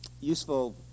useful